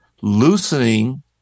loosening